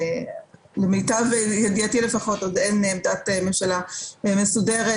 למיטב ידיעתי לפחות עוד אין עמדת ממשלה מסודרת